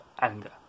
anger